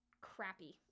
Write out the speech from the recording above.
crappy